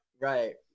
Right